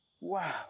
wow